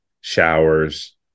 showers